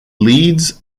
leeds